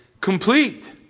complete